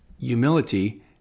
humility